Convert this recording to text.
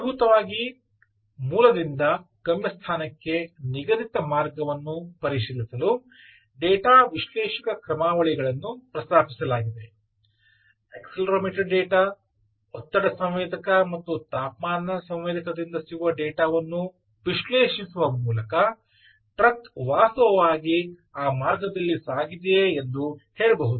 ಮೂಲಭೂತವಾಗಿ ಮೂಲದಿಂದ ಗಮ್ಯಸ್ಥಾನಕ್ಕೆ ನಿಗದಿತ ಮಾರ್ಗವನ್ನು ಪರಿಶೀಲಿಸಲು ಡೇಟಾ ವಿಶ್ಲೇಷಣಾ ಕ್ರಮಾವಳಿಗಳನ್ನು ಪ್ರಸ್ತಾಪಿಸಲಾಗಿದೆ ಅಕ್ಸೆಲೆರೊಮೀಟರ್ ಡೇಟಾ ಒತ್ತಡ ಸಂವೇದಕ ಮತ್ತು ತಾಪಮಾನ ಸಂವೇದಕದಿಂದ ಸಿಗುವ ಡೇಟಾ ವನ್ನು ವಿಶ್ಲೇಷಿಸುವ ಮೂಲಕ ಟ್ರಕ್ ವಾಸ್ತವವಾಗಿ ಆ ಮಾರ್ಗದಲ್ಲಿ ಸಾಗಿದೆಯೇ ಎಂದು ಹೇಳಬಹುದು